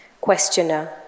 Questioner